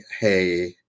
hey